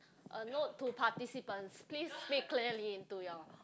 a note to participants please speak clearly into your